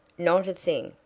not a thing,